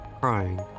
Crying